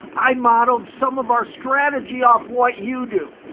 i modeled some of our strategy off what you do.